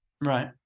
Right